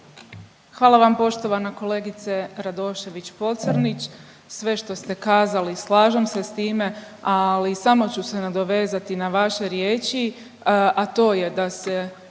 Hvala vam poštovana kolegice Radošević Pocrnić. Sve što ste kazali slažem se s time, ali samo ću se nadovezati na vaše riječi, a to je da se